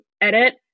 edit